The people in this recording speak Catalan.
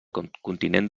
continent